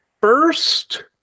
first